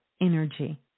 energy